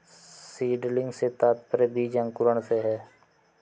seedling से तात्पर्य बीज अंकुरण से है